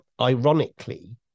ironically –